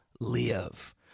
live